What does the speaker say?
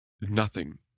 Nothing